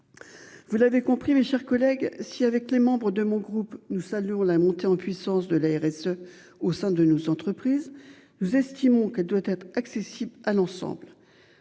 Vous l'avez compris, mes chers collègues, si avec les membres de mon groupe. Nous saluons la montée en puissance de l'ARS au sein de nos entreprises vous estimant qu'elle doit être accessible à l'ensemble.